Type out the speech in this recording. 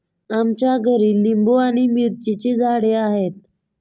आमच्या घरी लिंबू आणि मिरचीची झाडे आहेत